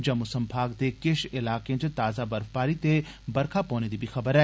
जम्मू संभाग दे किष इलाकें च ताजा बर्फवारी ते बेरखा पौने दी बी खबर ऐ